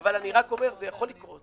אבל אני רק אומר שזה יכול לקרות.